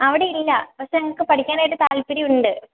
അവിടെയില്ല പക്ഷേ എനിക്ക് പഠിക്കാനായിട്ട് താൽപ്പര്യമുണ്ട്